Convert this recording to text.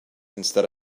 instead